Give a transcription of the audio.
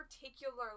particularly